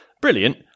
brilliant